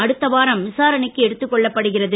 அடுத்த வாரம் விசாரணைக்கு எடுத்துக் கொள்ளப்படுகிறது